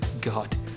God